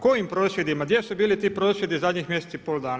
Kojim prosvjedima, gdje su bili ti prosvjedi zadnjih mjesec i pol dana?